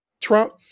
Trump